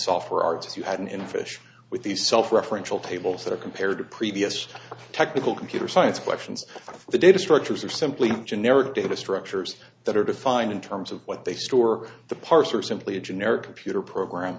software are just you had in fish with these self referential tables that are compared to previous technical computer science questions the data structures are simply generic data structures that are defined in terms of what they store the parser is simply a generic computer program